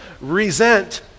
resent